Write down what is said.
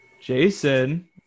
Jason